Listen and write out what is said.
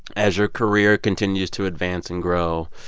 as your career continues to advance and grow,